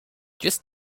just